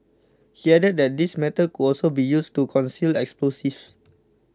he added that these methods could also be used to conceal explosives